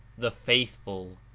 the faithful.